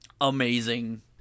amazing